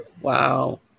Wow